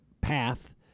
path